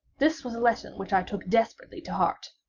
this was a lesson which i took desperately to heart.